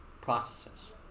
processes